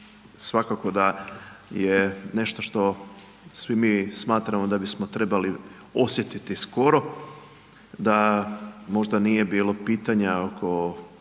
svakako da je nešto što svi mi smatramo da bismo trebali osjetiti skoro, da možda nije bilo pitanja oko